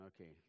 Okay